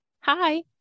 Hi